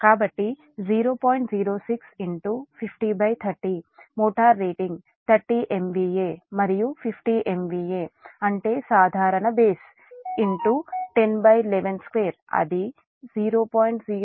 06 5030మోటారు rating 30 MVA మరియు 50 MVA అంటే సాధారణ బేస్ 10112అది 0